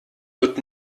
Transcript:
wird